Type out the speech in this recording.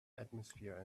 atmosphere